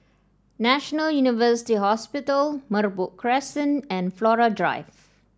National University Hospital Merbok Crescent and Flora Drive